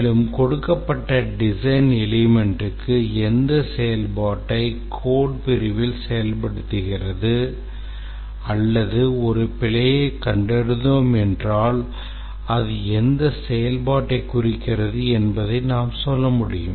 மேலும் கொடுக்கப்பட்ட design elementக்கு எந்த செயல்பாட்டை code பிரிவில் செயல்படுத்துகிறது அல்லது ஒரு பிழையைக் கண்டறிந்தோம் என்றால் அது எந்த செயல்பாட்டை குறிக்கிறது என்பதை நாம் சொல்ல முடியும்